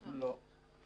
לא.